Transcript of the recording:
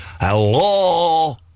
Hello